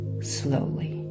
slowly